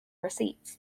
receipts